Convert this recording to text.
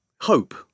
Hope